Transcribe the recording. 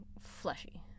fleshy